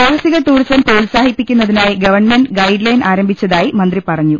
സാഹസിക ടൂറിസം പ്രോത്സാഹിപ്പിക്കുന്നതിനായി government guideline ആരംഭിച്ചതായി മന്ത്രി പറഞ്ഞു